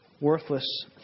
worthless